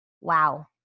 Wow